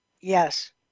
Yes